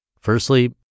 Firstly